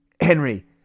henry